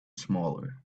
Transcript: smaller